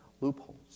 loopholes